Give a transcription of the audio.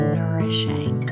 nourishing